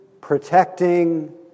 protecting